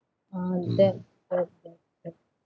uh that uh that that